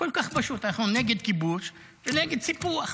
כל כך פשוט: אנחנו נגד כיבוש ונגד סיפוח.